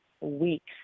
weeks